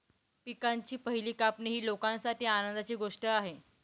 पिकांची पहिली कापणी ही लोकांसाठी आनंदाची गोष्ट आहे